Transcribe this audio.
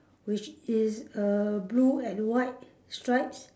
which is err blue and white stripes